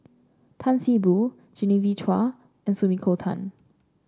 Tan See Boo Genevieve Chua and Sumiko Tan